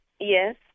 Yes